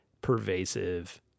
pervasive